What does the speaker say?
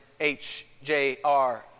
HJR